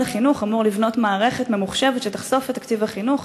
החינוך אמור לבנות מערכת ממוחשבת שתחשוף את תקציב החינוך.